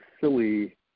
silly